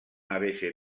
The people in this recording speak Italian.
avesse